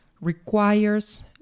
requires